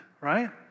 right